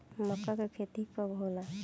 मक्का के खेती कब होला?